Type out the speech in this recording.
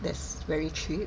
that's very cheap